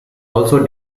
also